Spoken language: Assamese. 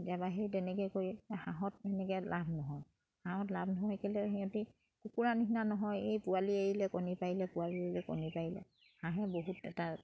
সেই তেনেকে কৰি হাঁহত সেনেকে লাভ নহয় হাঁহত লাভ নহয় কেলে সিহঁতি কুকুৰা নিচিনা নহয় এই পোৱালি এৰিলে কণী পাৰিলে পোৱালি এৰিলে কণী পাৰিলে হাঁহে বহুত এটা